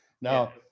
Now